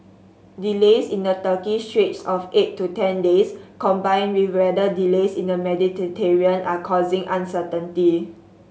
delays in the Turkish straits of eight to ten days combined with weather delays in the Mediterranean are causing uncertainty